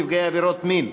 נפגעי עבירות מין),